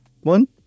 one